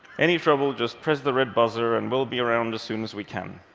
any trouble, just press the red buzzer, and we'll be around as soon as we can.